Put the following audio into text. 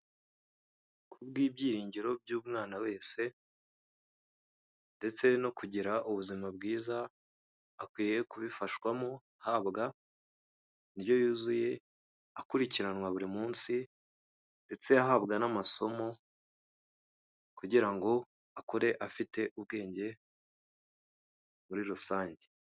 Kubw'ibyiringiro by'umwana wese ndetse no kugira ubuzima bwiza, akwiye kubifashwamo ahabwa indyo yuzuye, akurikiranwa buri munsi ndetse ahabwa n'amasomo, kugira ngo akure afite ubwenge muri rusange.